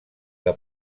que